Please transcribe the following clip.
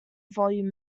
volume